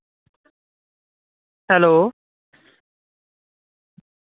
hello